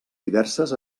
diverses